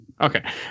okay